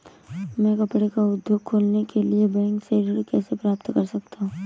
मैं कपड़े का उद्योग खोलने के लिए बैंक से ऋण कैसे प्राप्त कर सकता हूँ?